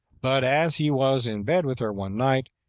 but as he was in bed with her one night,